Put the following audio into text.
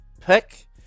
pick